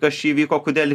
kas čia įvyko kodėl